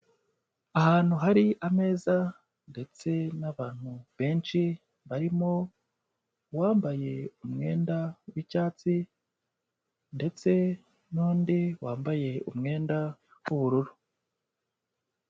Ahantu hari ameza ndetse n'abantu benshi, barimo uwambaye umwenda w'icyatsi ndetse n'undi wambaye umwenda w'ubururu.